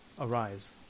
Arise